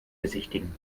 besichtigen